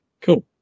Cool